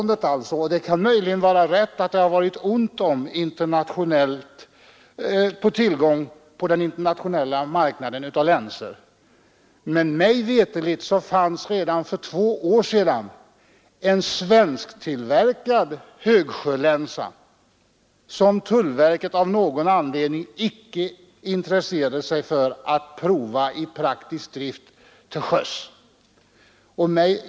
Det kan möjligen vara sant att det har varit ont om länsor på den internationella marknaden, men mig veterligt fanns redan för cirka två år sedan en svensktillverkad högsjölänsa som tullverket av någon anledning icke intresserade sig för att prova i praktisk drift till sjöss.